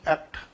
Act